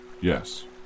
Yes